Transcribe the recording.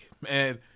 man